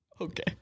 Okay